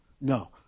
no